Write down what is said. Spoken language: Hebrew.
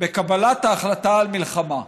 בקבלת ההחלטה על מלחמה.